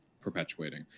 perpetuating